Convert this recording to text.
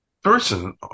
person